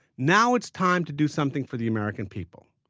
now it's time to do something for the american people.